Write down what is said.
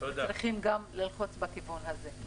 אתם צריכים גם ללחוץ בכיוון הזה.